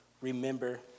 Remember